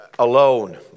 Alone